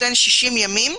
נותן 60 ימים,